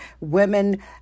women